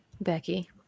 becky